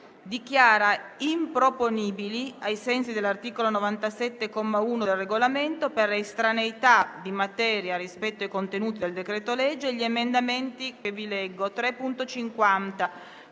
dichiara improponibili, ai sensi dell'articolo 97, comma 1 del Regolamento, per estraneità di materia rispetto ai contenuti del decreto-legge, gli emendamenti 3.50,